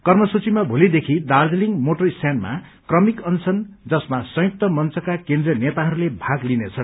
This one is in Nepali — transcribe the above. कर्मसूचीमा भोलीदेखि दार्जीलिङ मोटर स्टयाण्डमा क्रमिक अनशन जसमा संयुक्त मंचका केन्द्रीय नेताहरूले भाग लिने छन्